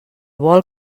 vol